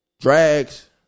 Drags